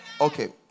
Okay